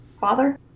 father